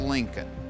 Lincoln